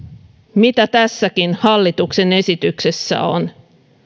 mitä tässäkin hallituksen esityksessä on